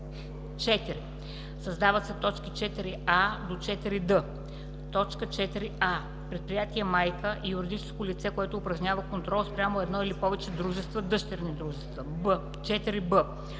4. Създават се точки 4а – 4д: „4а. „Предприятие майка“ е юридическо лице, което упражнява контрол спрямо едно или повече дружества (дъщерни дружества). 4б.